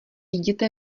jděte